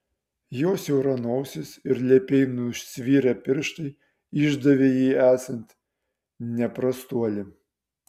jo siaura nosis ir lepiai nusvirę pirštai išdavė jį esant ne prastuoli